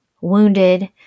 wounded